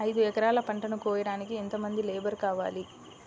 ఐదు ఎకరాల పంటను కోయడానికి యెంత మంది లేబరు కావాలి?